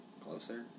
Closer